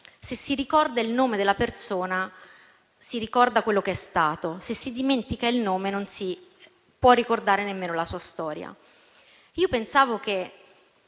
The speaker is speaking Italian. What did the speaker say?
se si ricorda il nome della persona, si ricorda quello che è stato; se si dimentica il nome, non si può ricordare nemmeno la sua storia. Io pensavo che